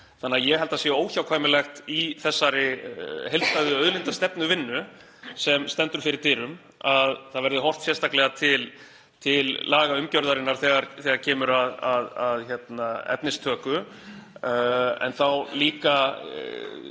þannig að ég held að það sé óhjákvæmilegt í þessari heildstæðu auðlindastefnuvinnu sem stendur fyrir dyrum að horft verði sérstaklega til lagaumgjarðarinnar þegar kemur að efnistöku. En þá